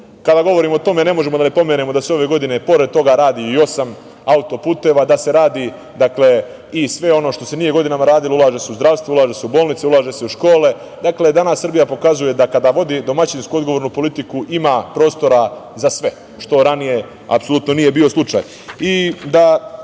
nama. Kada govorimo o tome, ne možemo da ne pomenemo da se ove godine pored toga radi i osam auto-puteva, da se radi i sve ono što se nije godinama radilo, ulaže se u zdravstvo, ulaže se u bolnice, ulaže se u škole. Danas Srbija pokazuje da kada vodi domaćinsku i odgovornu politiku ima prostora za sve, što ranije apsolutno nije bio slučaj.I da